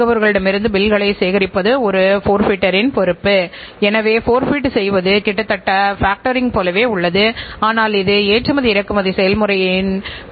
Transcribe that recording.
ஆகவே அந்த நிறுவனத்தில் சேவைக்கான சில அறிவுரைகள் வழங்கப்படாத காரணத்தினால் இந்த தவறு நடக்கின்றது